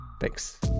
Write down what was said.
Thanks